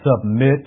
Submit